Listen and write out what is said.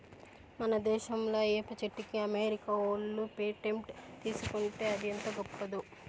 మన దేశంలా ఏప చెట్టుకి అమెరికా ఓళ్ళు పేటెంట్ తీసుకుంటే అది ఎంత గొప్పదో